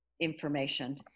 information